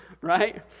right